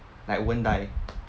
like won't die